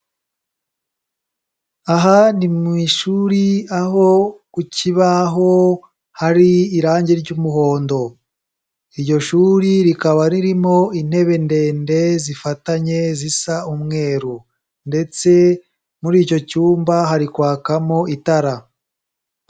Aha ni mu ishuri aho ku kibaho hari irangi ry'umuhondo. Iryo shuri rikaba ririmo intebe ndende, zifatanye, zisa umweru. Ndetse muri icyo cyumba hari kwakamo itara.